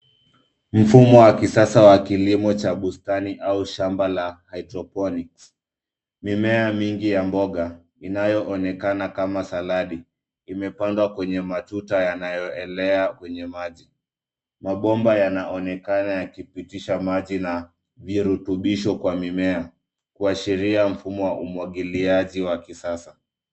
Mfumo wa kisasa wa kilimo cha bustani au shamba la hydroponics . Mimea mingi ya mboga inayoonekana kama saladi imepandwa kwenye matuta yanayoelea kwenye maji. Mabomba yanaonekana yakipitisha maji na virutubisho kwa mimea kuashiria mfumo wa umwagiliaji wa kisasa.